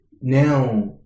now